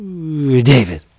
David